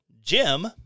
Jim